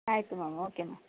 ಆಯಿತು ma'am okay ma'am